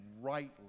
rightly